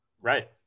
Right